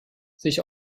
sich